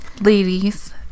ladies